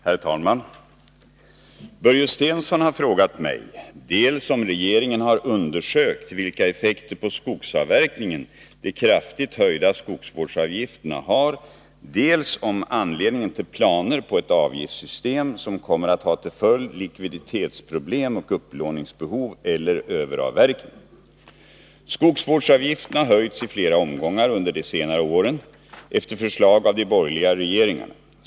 Herr talman! Börje Stensson har frågat mig dels om regeringen har undersökt vilka effekter på skogsavverkningen de kraftigt höjda skogsvårdsavgifterna har, dels om anledningen till planer på ett avgiftssystem som kommer att ha till följd likviditetsproblem och upplåningsbehov eller överavverkning. Skogsvårdsavgiften har höjts i flera omgångar under de senare åren efter förslag av de borgerliga regeringarna.